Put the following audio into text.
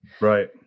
Right